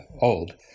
old